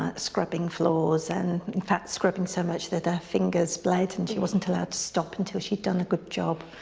ah scrubbing floors and, in fact, scrubbing so much that her ah fingers bled and she wasn't allowed to stop until she'd done a good job.